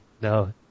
No